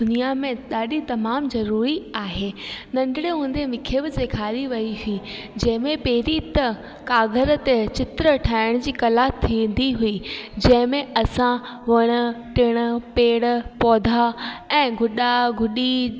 दुनिया में ॾाढी तमामु ज़रूरी आहे नंढड़े हूंदे मूंखे बि सेखारी वई हुई जंहिंमें पहिरीं त कागर ते चित्र ठाइण जी कला थींदी हुई जंहिंमें असां वण टिण पेड़ पौधा ऐं गुडा गुडी